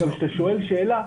גם כשאתה שואל שאלה,